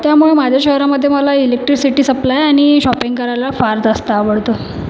त्यामुळे माझ्या शहरामध्ये मला इलेक्ट्रिसिटी सप्लाय आणि शॉपिंग करायला फार जास्त आवडतं